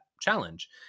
challenge